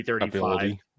ability